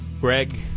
Greg